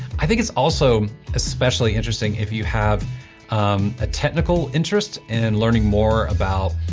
i think it's also especially interesting if you have a technical interest in learning more about